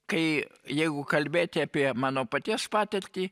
kai jeigu kalbėti apie mano paties patirtį